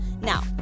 Now